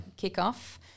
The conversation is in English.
kickoff